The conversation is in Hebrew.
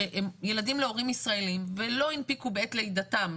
שהם ילדים להורים ישראלים ולא הנפיקו בעת לידתם,